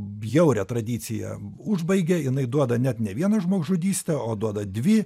bjaurią tradiciją užbaigia jinai duoda net ne vieną žmogžudystę o duoda dvi